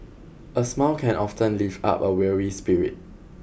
a smile can often lift up a weary spirit